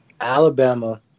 Alabama